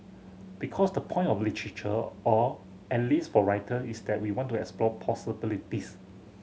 because the point of literature or at least for writer is that we want to explore possibilities